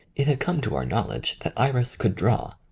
it had come to our knowledge that iris could draw,